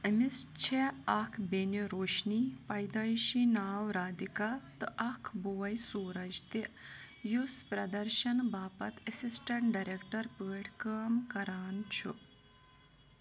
أمِس چھےٚ اَکھ بیٚنہِ روشنی پیدٲیشی ناو رادھِکا تہٕ اکھ بوے سوٗرج تہِ یُس پرٛدَرشنہٕ باپتھ اٮ۪سِسٹنٛٹ ڈیرٮ۪کٹَر پٲٹھۍ کٲم کران چھُ